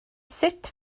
sut